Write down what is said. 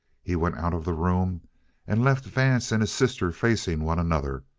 he went out of the room and left vance and his sister facing one another,